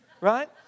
right